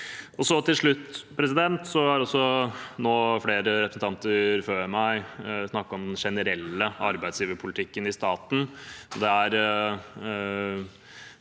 Til slutt: Nå har flere representanter før meg snakket om den generelle arbeidsgiverpolitikken i staten.